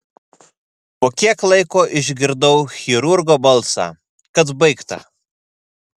po kiek laiko išgirdau chirurgo balsą kad baigta